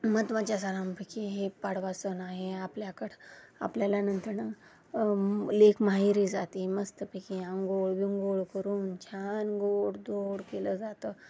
महत्त्वाच्या सणांपैकी हे पाडवा सण आहे आपल्याकडं आपल्याल्या नंतरनं लेक माहेरी जाते मस्तपैकी अंघोळ बिंघोळ करून छान गोड धोड केलं जातं